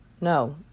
No